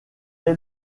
est